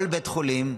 כל בית חולים,